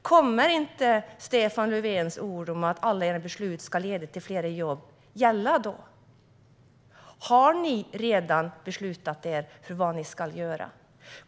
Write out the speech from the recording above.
Kommer inte Stefan Löfvens ord om att alla era beslut ska leda till fler jobb att gälla då? Har ni redan beslutat er för vad ni ska göra?